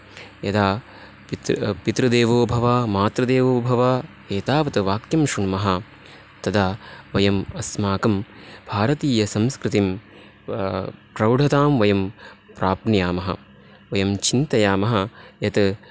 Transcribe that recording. यदा पितृ पितृदेवो भव मातृदेवो भव एतावत् वक्यं श्रुण्मः तदा वयम् अस्माकम् भारतियसंस्कृतिम् प्रौढतां वयं प्राप्नुयामः वयम् चिन्तयामः यत्